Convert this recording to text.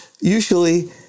usually